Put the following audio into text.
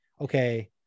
okay